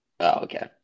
okay